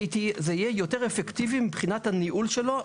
זה יהיה יותר אפקטיבי מבחינת הניהול שלו.